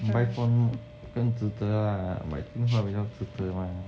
buy phone 更值得啊买电话比较值得